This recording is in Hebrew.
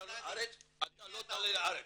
אתה לא תעלה לארץ.